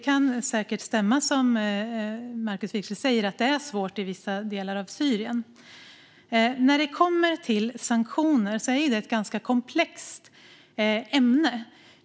Markus Wiechel säger att det är svårt i vissa delar av Syrien, och det kan säkert stämma. Sanktioner är ett komplext ämne.